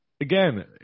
Again